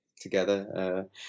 together